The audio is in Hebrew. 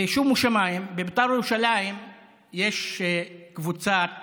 ושומו שמיים, בבית"ר ירושלים יש קבוצת אוהדים,